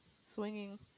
swinging